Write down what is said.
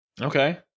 Okay